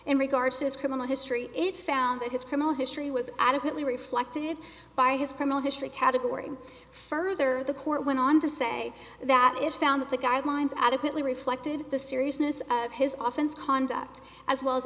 in regards to his criminal history it found that his criminal history was adequately reflected by his criminal history category further the court went on to say that it's found that the guidelines adequately reflected the seriousness of his office conduct as well as